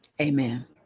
amen